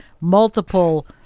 multiple